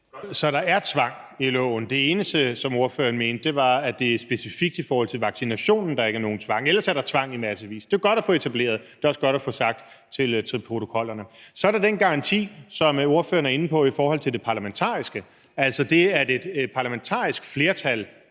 Så der er tvang i loven. Det, ordføreren mente, var, at det er specifikt i forhold til vaccinationen, at der ikke er nogen tvang, for ellers er der tvang i massevis. Det er jo godt at få etableret, og det er også godt at få ført til protokols. Så er der den garanti, som ordføreren er inde på, i forhold til det parlamentariske, altså det, at et parlamentarisk flertal